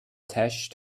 tesh